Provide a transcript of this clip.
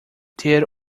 ter